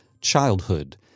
Childhood